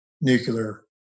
nuclear